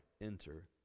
enter